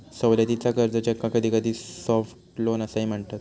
सवलतीचा कर्ज, ज्याका कधीकधी सॉफ्ट लोन असाही म्हणतत